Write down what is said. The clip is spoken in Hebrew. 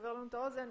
שתסביר לנו את האוזן,